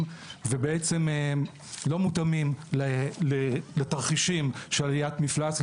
ולא מותאמים לתרחישים של עליית מפלס.